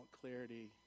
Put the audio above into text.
clarity